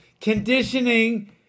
Conditioning